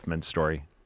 story